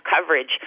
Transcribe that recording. coverage